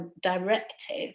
directive